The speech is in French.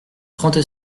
trente